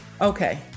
Okay